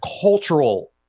cultural